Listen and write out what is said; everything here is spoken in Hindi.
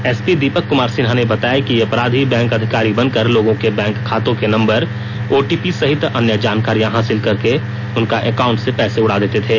एसपी दीपक क्मार सिन्हा ने बताया कि ये अपराधी बैंक अधिकारी बन कर लोगों के बैंक खातों के नंबर ओटीपी सहित अन्य जानकारियां हासिल कर उनके अकाउंट से पैसे उड़ा लेते थे